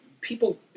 people